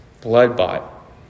blood-bought